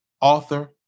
author